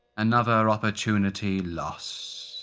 another opportunity lost.